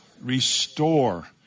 Restore